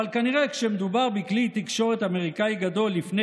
אבל כנראה כשמדובר בכלי תקשורת אמריקני גדול לפני